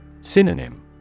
Synonym